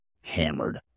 hammered